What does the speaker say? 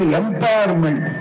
empowerment